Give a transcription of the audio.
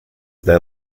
their